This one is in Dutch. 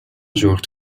zorgt